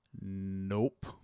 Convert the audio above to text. Nope